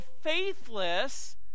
faithless